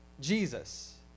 Jesus